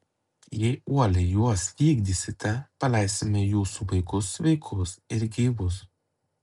jei uoliai juos vykdysite paleisime jūsų vaikus sveikus ir gyvus